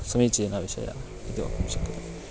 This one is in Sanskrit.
समीचीनविषयः इति वक्तुं शक्यते